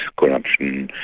corruption,